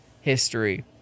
history